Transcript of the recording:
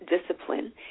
discipline